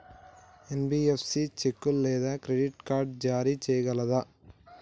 NBFC చెక్కులు లేదా credit card జారీ చేయగలదా?